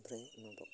ओमफ्राय